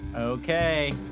Okay